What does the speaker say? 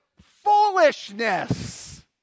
Foolishness